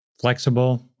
flexible